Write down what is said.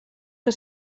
que